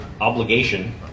obligation